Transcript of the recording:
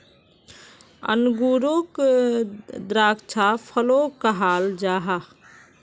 अन्गूरोक द्राक्षा फलो कहाल जाहा